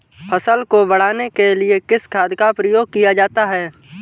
फसल को बढ़ाने के लिए किस खाद का प्रयोग किया जाता है?